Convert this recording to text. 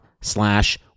slash